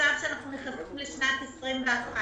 כעת שאנחנו נכנסים לשנת 2021,